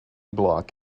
block